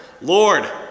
Lord